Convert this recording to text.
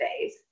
phase